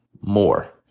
more